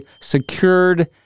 secured